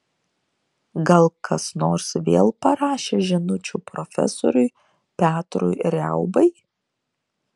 gal kas nors vėl parašė žinučių profesoriui petrui riaubai